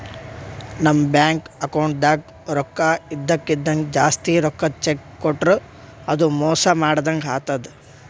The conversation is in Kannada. ನಮ್ ಬ್ಯಾಂಕ್ ಅಕೌಂಟ್ದಾಗ್ ರೊಕ್ಕಾ ಇರದಕ್ಕಿಂತ್ ಜಾಸ್ತಿ ರೊಕ್ಕದ್ ಚೆಕ್ಕ್ ಕೊಟ್ರ್ ಅದು ಮೋಸ ಮಾಡದಂಗ್ ಆತದ್